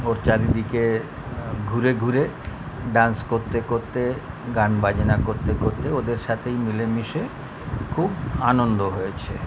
ওর চারদিকে ঘুরে ঘুরে ডান্স করতে করতে গান বাজনা করতে করতে ওদের সাথেই মিলেমিশে খুব আনন্দ হয়েছে